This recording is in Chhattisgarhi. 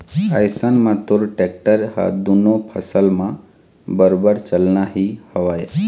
अइसन म तोर टेक्टर ह दुनों फसल म बरोबर चलना ही हवय